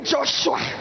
Joshua